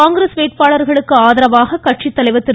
காங்கிரஸ் வேட்பாளர்களுக்கு ஆதரவாக கட்சி தலைவர் திரு